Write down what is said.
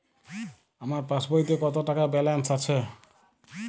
আমার পাসবইতে কত টাকা ব্যালান্স আছে?